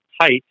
height